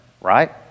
right